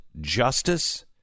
justice